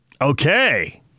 Okay